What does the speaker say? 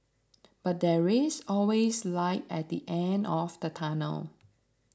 but there is always light at the end of the tunnel